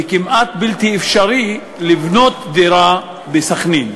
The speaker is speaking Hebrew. וכמעט בלתי אפשרי לבנות דירה בסח'נין.